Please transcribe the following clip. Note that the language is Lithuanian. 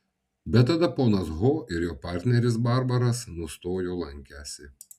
bet tada ponas ho ir jo partneris barbaras nustojo lankęsi